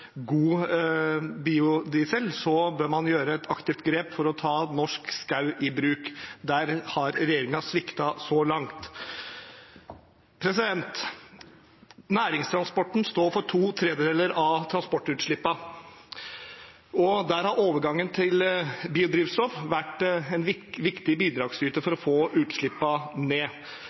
god biodiesel, bør man gjøre et aktivt grep for å ta norsk skog i bruk. Der har regjeringen sviktet så langt. Næringstransporten står for to tredjedeler av transportutslippene. Der har overgangen til biodrivstoff vært en viktig bidragsyter for å få utslippene ned.